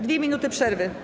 2 minuty przerwy.